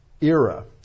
era